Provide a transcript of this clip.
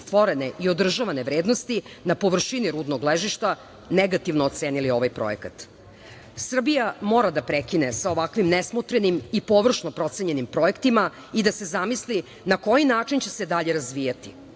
stvorene i održavane vrednosti na površini rudnog ležišta negativno ocenili ovaj projekat. Srbija mora da prekine sa ovakvim nesmotrenim i površno procenjenim projektima i da se zamisli na koji način će se dalje razvijati.